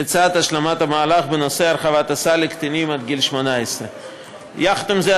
לצד השלמת המהלך בנושא הרחבת הסל לקטינים עד גיל 18. עם זה,